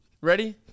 Ready